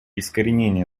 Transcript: искоренения